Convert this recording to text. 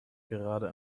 gerade